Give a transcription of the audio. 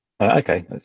okay